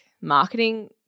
marketing